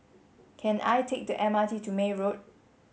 can I take the M R T to May Road